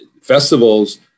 festivals